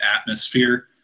atmosphere